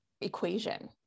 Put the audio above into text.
equation